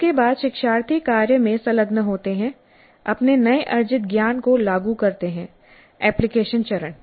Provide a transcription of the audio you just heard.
इसके बाद शिक्षार्थी कार्य में संलग्न होते हैं अपने नए अर्जित ज्ञान को लागू करते हैं एप्लीकेशन चरण